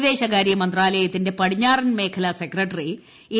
വിദേശകാര്യ മന്ത്രാലയത്തിന്റെ പടിഞ്ഞാറൻ മേഖലാ സെക്രട്ടറി എ